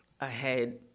ahead